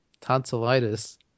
tonsillitis